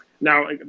Now